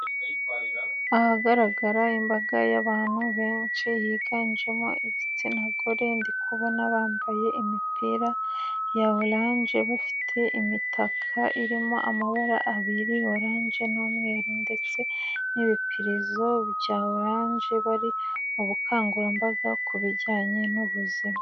Ahagaragara imbaga y'abantu benshi yiganjemo igitsina gore, ndikubona bambaye imipira ya orange, bafite imitaka irimo amabara abiri orange n'umweru, ndetse n'ibipirizo bya orange, bari mu bukangurambaga ku bijyanye n'ubuzima.